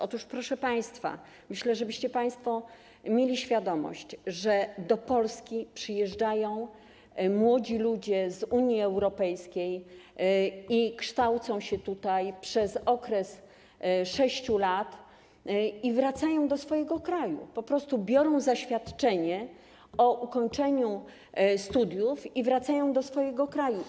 Otóż, proszę państwa, żebyście państwo mieli świadomość, że do Polski przyjeżdżają młodzi ludzie z Unii Europejskiej, kształcą się tutaj przez okres 6 lat i wracają do swojego kraju, po prostu biorą zaświadczenie o ukończeniu studiów i wracają do swojego kraju.